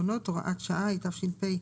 היום א' באייר תשפ"ב,